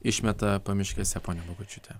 išmeta pamiškėse ponia bagočiūte